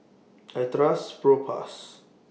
I Trust Propass